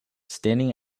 standing